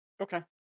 Okay